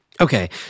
Okay